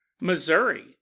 Missouri